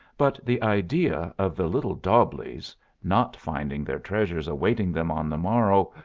but the idea of the little dobbleighs not finding their treasures awaiting them on the morrow,